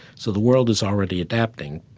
so the world is already adapting,